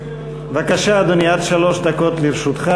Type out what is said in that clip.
בבקשה, אדוני, עד שלוש דקות לרשותך.